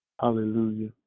Hallelujah